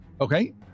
Okay